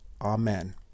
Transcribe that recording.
Amen